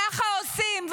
ככה עושים.